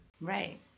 right